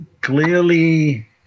clearly